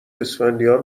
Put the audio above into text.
اسفندیار